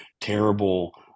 terrible